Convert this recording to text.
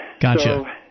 Gotcha